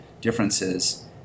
differences